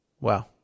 Wow